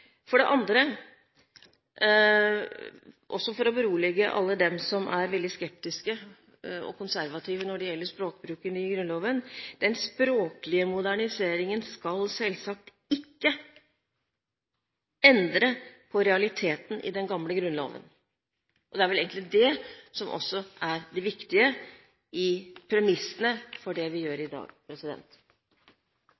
For det andre – for å berolige alle dem som er veldig skeptiske og konservative når det gjelder språkbruken i Grunnloven – skal den språklige moderniseringen selvsagt ikke endre på realiteten i den gamle grunnloven. Det er vel egentlig det som er det viktige i premissene for det vi gjør